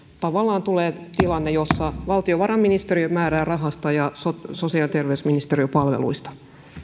tavallaan tulee tilanne jossa valtiovarainministeriö määrää rahasta ja sosiaali ja terveysministeriö palveluista